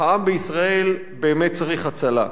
העם בישראל באמת צריך הצלה.